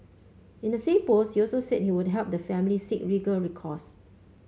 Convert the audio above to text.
in the same post you also said he would help the family seek legal recourse